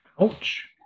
ouch